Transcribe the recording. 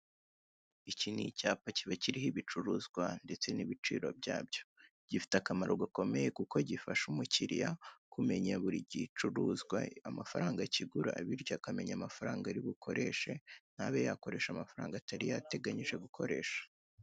Iki ni icyapa kiba kiriho ibicuruzwa ndetse n'ibiciro byacyo, kuko gifasha umukiriya kumenya buri gicuruzwa amafaranga kigura bityo akamenya amafaranga ari bukoreshe ntabe yakoresha amafaranga atari yateguye gukoresha.